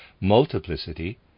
Multiplicity